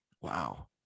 wow